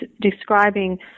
describing